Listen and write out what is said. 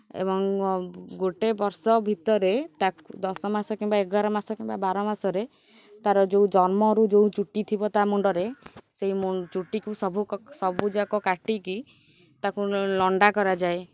ଏବଂ ଗୋଟେ ବର୍ଷ ଭିତରେ ତାକୁ ଦଶ ମାସ କିମ୍ବା ଏଗାର ମାସ କିମ୍ବା ବାର ମାସରେ ତା'ର ଯେଉଁ ଜନ୍ମରୁ ଯେଉଁ ଚୁଟି ଥିବ ତା ମୁଣ୍ଡରେ ସେହି ଚୁଟିକୁ ସବୁ ସବୁଯାକ କାଟିକି ତାକୁ ଲଣ୍ଡା କରାଯାଏ